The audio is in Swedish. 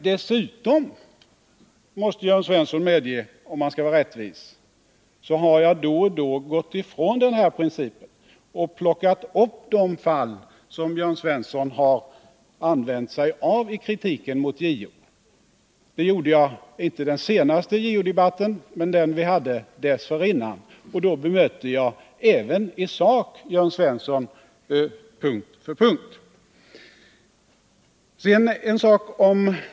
Dessutom måste Jörn Svensson medge, om han skall vara rättvis, att jag då och då har gått ifrån den principen och plockat upp de fall som Jörn Svensson har använt sig av i kritiken mot JO. Jag gjorde det inte i den senaste JO-debatten, men i den vi hade dessförinnan bemötte jag även i sak Jörn Svensson punkt för punkt.